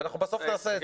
ואנחנו בסוף נעשה את זה.